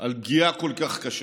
על פגיעה כל כך קשה,